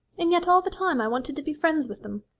and yet all the time i wanted to be friends with them.